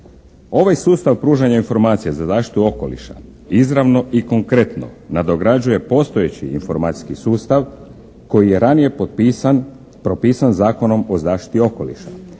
Ovaj sustav pružanja informacija za zaštitu okoliša izravno i konkretno nadograđuje postojeći informacijski sustav koji je ranije potpisan, propisan Zakonom o zaštiti okoliša,